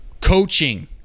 Coaching